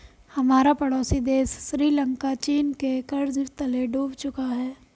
हमारा पड़ोसी देश श्रीलंका चीन के कर्ज तले डूब चुका है